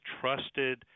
trusted